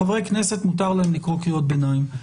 לחברי כנסת מותר לקרוא קריאות ביניים,